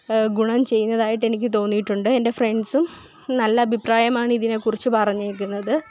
ഗുണം ചെയ്യുന്നതായിട്ട് എനിക്ക് തോന്നിയിട്ടുണ്ട് എന്റെ ഫ്രണ്ട്സും നല്ല അഭിപ്രായമാണ് ഇതിനേക്കുറിച്ച് പറഞ്ഞേക്കുന്നത്